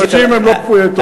אנשים הם לא כפויי טובה.